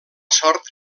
sort